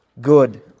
good